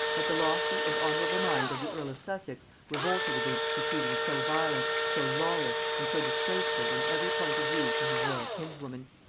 but the lofty and honorable mind of the earl of sussex revolted against proceedings so violent, so lawless, and so disgraceful in every point of view to his royal kinswoman.